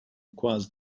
requires